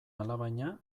alabaina